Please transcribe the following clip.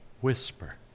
whisper